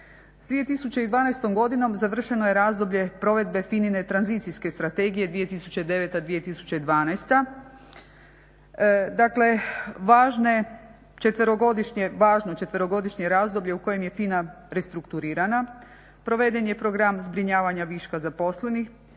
S 2012. godinom završeno je razdoblje provedbe FINA-ine tranzicijske strategije 2009.-2012. dakle važne četverogodišnje, važno četverogodišnje razdoblje u kojem je FINA restrukturirana proveden je program zbrinjavanja viška zaposlenih,